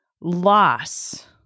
Loss